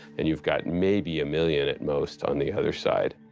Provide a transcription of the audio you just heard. and youive got maybe a million at most on the other side.